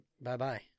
Bye-bye